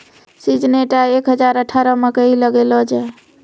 Syngenta एक हजार अठारह मकई लगैलो जाय?